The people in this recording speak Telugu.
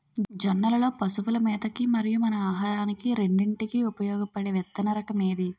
జొన్నలు లో పశువుల మేత కి మరియు మన ఆహారానికి రెండింటికి ఉపయోగపడే విత్తన రకం ఏది?